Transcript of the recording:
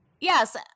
Yes